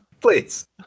please